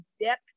dip